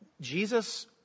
Jesus